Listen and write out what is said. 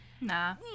Nah